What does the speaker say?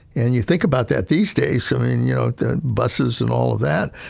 and you think about that these days. i mean, you know, the buses and all of that,